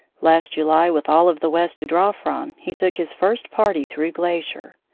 last july, with all of the west to draw from, he took his first party through glacier.